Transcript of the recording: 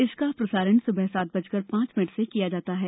इसका प्रसारण सुबह सात बजकर पांच मिनट से किया जाता है